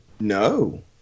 No